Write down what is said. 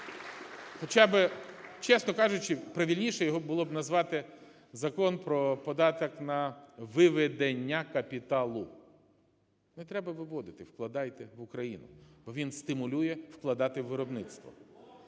Хоча, чесно кажучи, правильніше його було б назвати закон про податок на виведення капіталу. Не треба виводити, вкладайте в Україну. Бо він стимулює вкладати у виробництво.